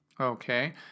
Okay